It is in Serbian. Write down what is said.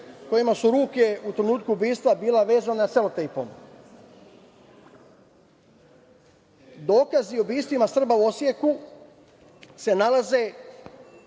kojima su ruke u trenutku ubistva bile vezane selotejpom. Dokazi o ubistvima Srba u Osijeku se nalaze,